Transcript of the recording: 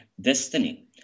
destiny